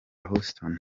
houston